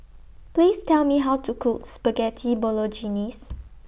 Please Tell Me How to Cook Spaghetti Bolognese